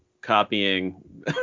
copying